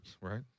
Right